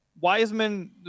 Wiseman